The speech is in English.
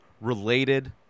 related